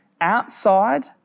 outside